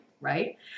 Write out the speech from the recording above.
right